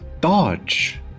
dodge